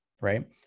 right